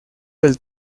del